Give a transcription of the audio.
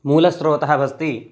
मूलस्रोतः अस्ति